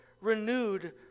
renewed